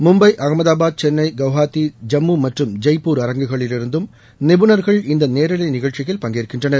மும்பை அங்மதாபாத் சென்னை கவுகாத்தி ஜம்மு மற்றும் ஜெய்பூர் அரங்குகளிலிருந்தும் நிபுணர்கள் இந்த நேரலை நிகழ்ச்சியில் பங்கேற்கின்றனர்